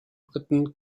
briten